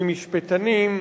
ממשפטנים,